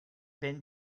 been